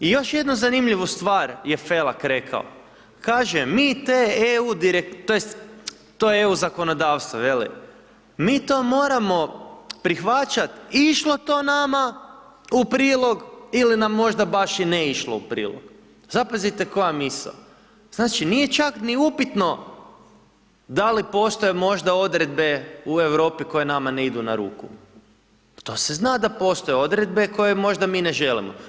I još jednu zanimljivu stvar je Felak rekao, kaže, mi te EU tj. EU zakonodavstvo veli, mi to moramo prihvaćat, išlo to nama u prilog ili nam možda baš i ne išlo u prilog, zapazite koja misao, znači, nije čak ni upitno da li postoje možda odredbe u Europi koje nama ne idu na ruku, pa to se zna postoje odredbe koje možda mi ne želimo.